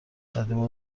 قدیما